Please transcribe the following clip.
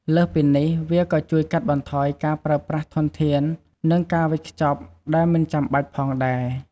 លើសពីនេះ វាក៏ជួយកាត់បន្ថយការប្រើប្រាស់ធនធាន និងការវេចខ្ចប់ដែលមិនចាំបាច់ផងដែរ។